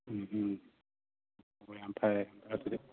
ꯎꯝ ꯎꯝ ꯑꯣ ꯌꯥꯝ ꯐꯔꯦ ꯌꯥꯝ ꯐꯔꯦ ꯑꯗꯨꯗꯤ